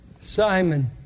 Simon